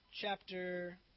chapter